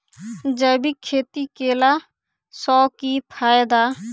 जैविक खेती केला सऽ की फायदा?